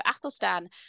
Athelstan